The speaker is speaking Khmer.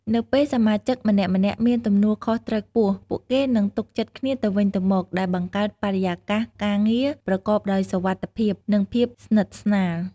នៅពេលសមាជិកម្នាក់ៗមានទំនួលខុសត្រូវខ្ពស់ ពួកគេនឹងទុកចិត្តគ្នាទៅវិញទៅមក ដែលបង្កើតបរិយាកាសការងារប្រកបដោយសុវត្ថិភាព និងភាពស្និទ្ធស្នាល។